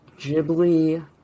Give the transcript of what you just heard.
Ghibli